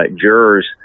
jurors